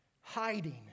hiding